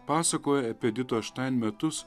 pasakoja apie editos štain metus